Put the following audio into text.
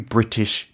British